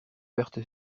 verte